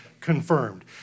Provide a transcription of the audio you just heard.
confirmed